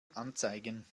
anzeigen